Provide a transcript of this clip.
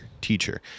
teacher